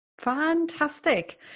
Fantastic